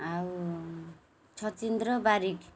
ଆଉ ଛଚିନ୍ଦ୍ର ବାରିକ